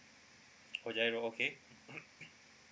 or GIRO okay